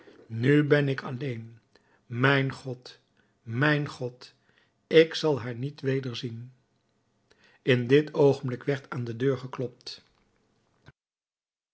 nu ben ik alleen mijn god mijn god ik zal haar niet wederzien in dit oogenblik werd aan de deur geklopt